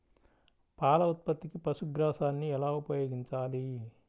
పాల ఉత్పత్తికి పశుగ్రాసాన్ని ఎలా ఉపయోగించాలి?